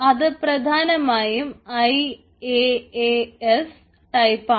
ഒന്ന് പ്രധാനമായും I A A S type ആണ്